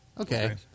Okay